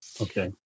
Okay